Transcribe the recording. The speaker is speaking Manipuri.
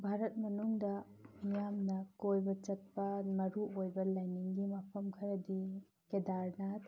ꯚꯥꯔꯠ ꯃꯅꯨꯡꯗ ꯃꯤꯌꯥꯝꯅ ꯀꯣꯏꯕ ꯆꯠꯄ ꯃꯔꯨꯑꯣꯏꯕ ꯂꯥꯏꯅꯤꯡꯒꯤ ꯃꯐꯝ ꯈꯔꯗꯤ ꯀꯦꯗꯥꯔꯅꯥꯠ